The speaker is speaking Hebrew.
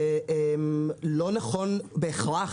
לא נכון בהכרח,